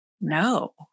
no